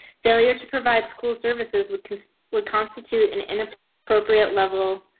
failure to provide school services would would constitute an an ah inappropriate level.